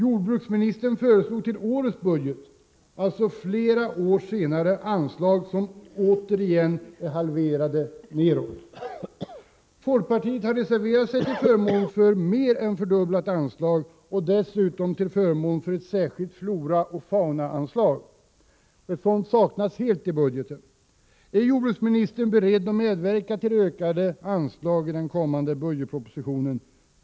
Jordbruksministern föreslog till årets budget, alltså flera år senare, anslag som återigen är halverade. Folkpartiet har reserverat sig till förmån för mer än fördubblat anslag och dessutom till förmån för ett särskilt floraoch faunaanslag — det saknas helt i budgeten. Är jordbruksministern beredd att medverka till ökade anslag i den kommande budgetpropositionen?